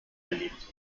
beliebt